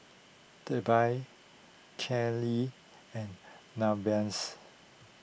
Darby Kailey and Nevaehs